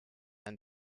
ein